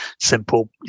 simple